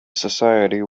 society